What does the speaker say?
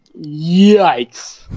yikes